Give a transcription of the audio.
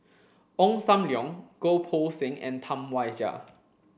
Ong Sam Leong Goh Poh Seng and Tam Wai Jia